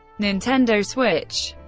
nintendo switch